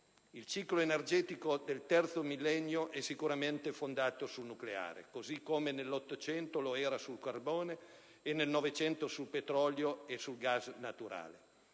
Il ciclo energetico del terzo millennio è sicuramente fondato sul nucleare, così come nell'Ottocento lo era sul carbone e nel Novecento sul petrolio e sul gas naturale.